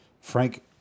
Frank